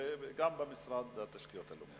וגם במשרד התשתיות הלאומיות.